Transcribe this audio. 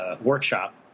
workshop